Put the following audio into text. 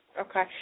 Okay